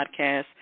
podcast